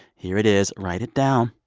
here it is. write it down.